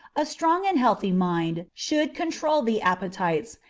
a strong and healthy mind should control the appetites,